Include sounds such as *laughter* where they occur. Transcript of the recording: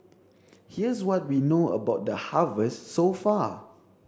*noise* here's what we know about the harvest so far